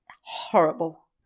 horrible